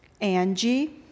Angie